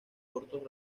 cortos